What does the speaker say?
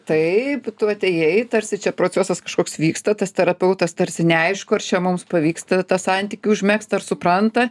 taip tu atėjai tarsi čia procesas kažkoks vyksta tas terapeutas tarsi neaišku ar čia mums pavyksta tą santykį užmegzt ar supranta